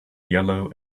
yellow